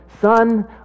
Son